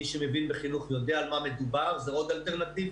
מי שמבין בחינוך יודע על מה מדובר זו עוד אלטרנטיבה.